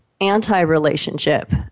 anti-relationship